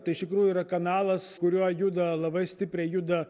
tai iš tikrųjų yra kanalas kuriuo juda labai stipriai juda